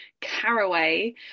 caraway